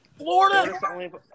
Florida